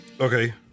Okay